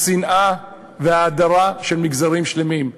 השנאה וההדרה של מגזרים שלמים,